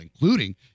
including